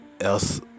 else